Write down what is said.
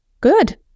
Good